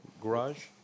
garage